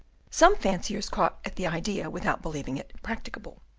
some fanciers caught at the idea without believing it practicable,